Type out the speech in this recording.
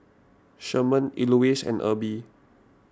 Sherman Elouise and Erby